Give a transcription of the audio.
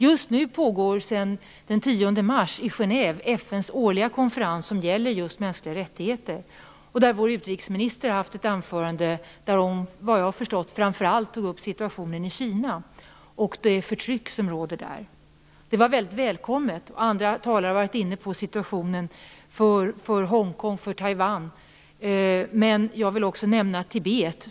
Just nu, sedan den 10 mars, pågår i Genève FN:s årliga konferens om mänskliga rättigheter. Där har vår utrikesminister hållit ett anförande där hon, efter vad jag har förstått, framför allt tog upp situationen i Kina och det förtryck som råder där. Det var väldigt välkommet. Andra talare har varit inne på situationen för Hongkong och Taiwan, men jag vill också nämna Tibet.